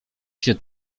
się